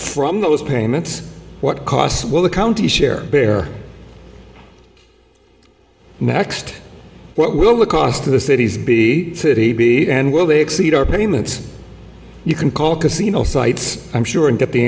from those payments what costs will the county share bear next what will the cost to the cities be city beat and will they exceed our payments you can call casino sites i'm sure and get the